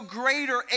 greater